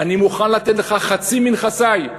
אני מוכן לתת לך חצי מנכסי,